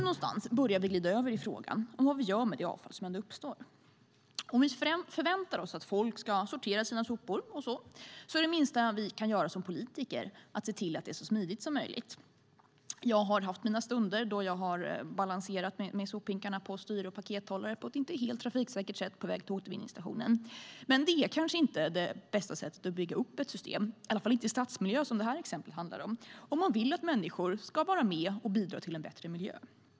Nu börjar vi glida över i frågan om vad vi gör med det avfall som ändå uppstår. Om vi förväntar oss att folk ska sortera sina sopor är det minsta vi kan göra som politiker att se till att det är så smidigt som möjligt. Jag har balanserat sophinkarna på styre och pakethållare på ett inte helt trafiksäkert sätt på väg till återvinningsstationen. Det kanske inte är det bästa sättet att bygga upp ett system på, åtminstone inte i stadsmiljö som det här exemplet handlar om, om man vill att människor ska vara med och bidra till en bättre miljö.